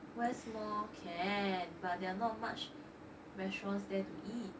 west mall can but they're not much restaurants there to eat